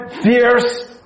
fierce